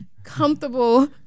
Comfortable